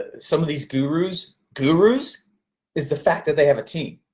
ah some of these gurus gurus is the fact that they have a team.